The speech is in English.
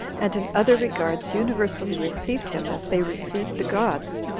and in other regards universally received him as they received the gods,